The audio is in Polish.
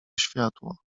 światło